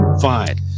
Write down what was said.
Fine